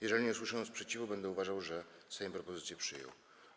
Jeżeli nie usłyszę sprzeciwu, będę uważał, że Sejm propozycje przyjął.